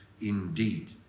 indeed